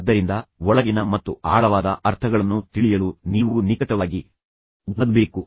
ಆದ್ದರಿಂದ ಒಳಗಿನ ಮತ್ತು ಆಳವಾದ ಅರ್ಥಗಳನ್ನು ತಿಳಿಯಲು ಅದರ ಅರ್ಥವನ್ನು ತಿಳಿದುಕೊಳ್ಳಲು ನೀವು ನಿಕಟವಾಗಿ ಓದಬೇಕು